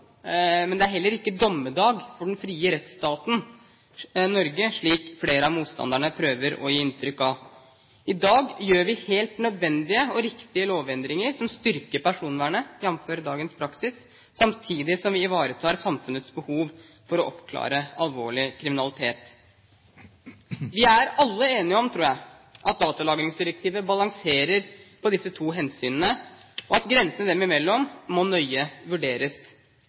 men det er heller ikke dommedag for den frie rettsstaten Norge, slik flere av motstanderne prøver å gi inntrykk av. I dag gjør vi helt nødvendige og riktige lovendringer som styrker personvernet, jf. dagens praksis, samtidig som vi ivaretar samfunnets behov for å oppklare alvorlig kriminalitet. Vi er alle enige om, tror jeg, at datalagringsdirektivet balanserer på disse to hensynene, og at grensene dem imellom nøye må vurderes.